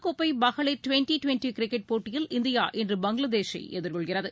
கோப்பை மகளிர் twenty twenty cricket போட்டியில் இந்தியா உலக இன்று பங்களாதேஷை எதிர்கொள்கிறது